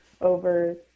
over